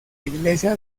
iglesia